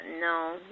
no